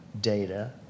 data